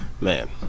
Man